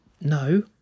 No